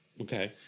Okay